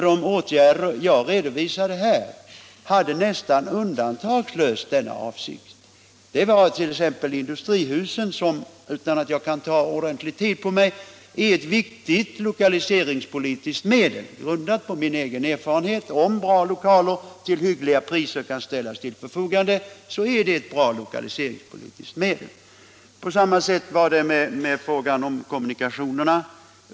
De åtgärder jag redovisade här hade nästan undantagslöst denna avsikt. Tyvärr kunde jag inte ta ordentlig tid på mig, men jag pekade på att industrihusen är ett viktigt lokaliseringspolitiskt medel; mina egna erfarenheter säger mig, att om bra lokaler till hyggliga priser kan ställas till förfogande, så har det en god lokaliseringspolitisk verkan. På samma sätt var det med frågan om kommunikationerna.